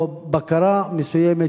או בקרה מסוימת,